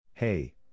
Hey